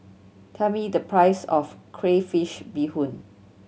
tell me the price of crayfish beehoon